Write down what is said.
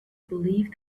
believe